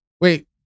Wait